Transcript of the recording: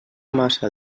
massa